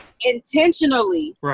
intentionally